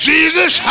Jesus